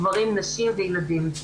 גברים נשים וילדים.